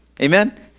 Amen